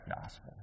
gospel